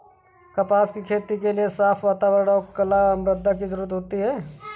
कपास की खेती के लिए साफ़ वातावरण और कला मृदा की जरुरत होती है